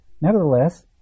Nevertheless